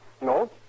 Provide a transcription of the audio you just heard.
No